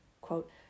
quote